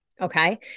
okay